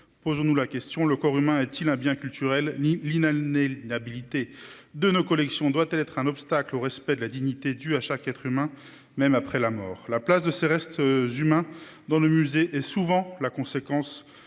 s'interroger : le corps humain est-il un bien culturel ? L'inaliénabilité de nos collections doit-elle être un obstacle au respect de la dignité due à chaque être humain, même après la mort ? La présence de ces restes humains dans nos musées est souvent la conséquence